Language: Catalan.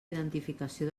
identificació